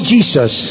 Jesus